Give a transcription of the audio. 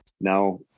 now